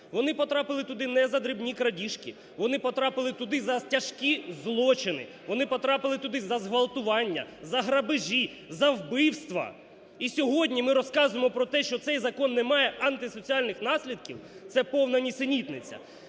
Вони потрапили туди не за дрібні крадіжки, вони потрапили туди за тяжкі злочини, вони потрапили туди за зґвалтування, за грабежі, за вбивства. І сьогодні ми розказуємо про те, що цей закон не має антисоціальних наслідків, це повна нісенітниця.